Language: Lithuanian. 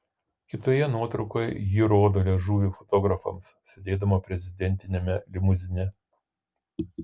kitoje nuotraukoje ji rodo liežuvį fotografams sėdėdama prezidentiniame limuzine